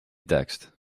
text